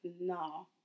No